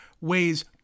weighs